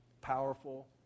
Powerful